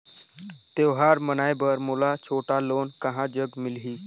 त्योहार मनाए बर मोला छोटा लोन कहां जग मिलही?